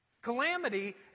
Calamity